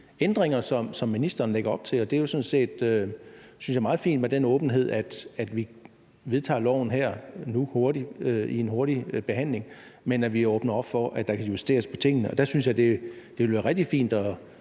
ændringer, som ministeren lægger op til. Det er sådan set, synes jeg, meget fint med den åbenhed, at vi vedtager loven nu her i en hurtig behandling, men at vi åbner op for, at der kan justeres på tingene. Og der synes jeg, det ville være rigtig fint at